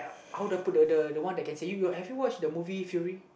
the one that can say have you watch the movie Fury